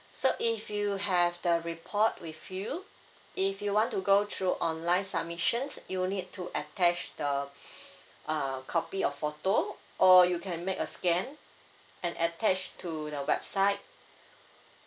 so if you have the report with you if you want to go through online submissions you'll need to attach the uh copy of photo or you can make a scan and attach to the website